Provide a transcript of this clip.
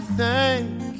thank